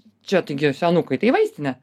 čia taigi senukai tai vaistinė